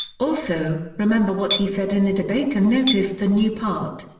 also, remember what he said in the debate and notice the new part.